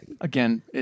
Again